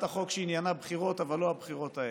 החוק שעניינה בחירות אבל לא הבחירות האלה.